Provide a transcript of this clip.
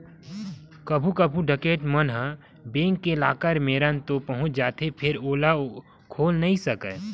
कभू कभू डकैत मन ह बेंक के लाकर मेरन तो पहुंच जाथे फेर ओला खोल नइ सकय